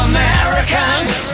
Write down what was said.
Americans